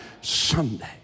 Sunday